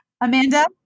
Amanda